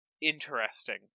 interesting